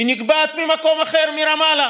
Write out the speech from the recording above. היא נקבעת ממקום אחר, מרמאללה.